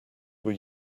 were